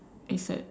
okay set